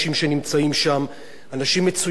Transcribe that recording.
אנשים מצוינים שעושים עבודה מצוינת.